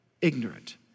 ignorant